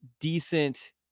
decent